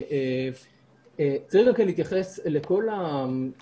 רוצה רגע להתייחס לכל הנתונים האלה.